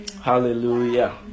Hallelujah